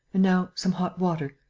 and now some hot water.